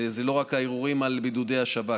זה לא רק הערעורים על בידוד השב"כ,